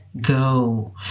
go